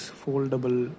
foldable